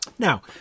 Now